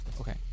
Okay